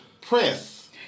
press